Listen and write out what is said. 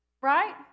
Right